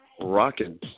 rocking